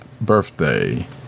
birthday